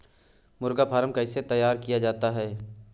मुर्गी फार्म कैसे तैयार किया जाता है?